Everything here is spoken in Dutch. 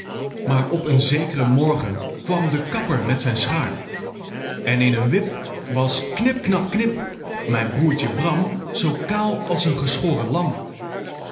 maar op een zek'ren morgen kwam de kapper met zijn schaar en in een wip was knip knap knip mijn broertje bram zoo kaal als een geschoren lam